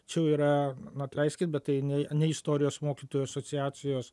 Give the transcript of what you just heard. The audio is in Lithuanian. čia jau yra nu atleiskit bet tai ne ne istorijos mokytojų asociacijos